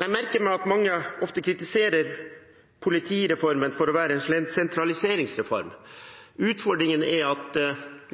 Jeg merker meg at mange ofte kritiserer politireformen for å være en sentraliseringsreform. Utfordringen er at